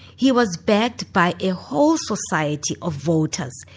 he was backed by a whole society of voters,